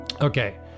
Okay